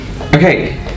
okay